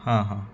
हां हां